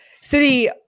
city